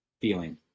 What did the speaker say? feeling